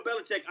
Belichick